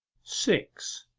six.